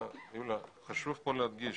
חשוב פה להדגיש,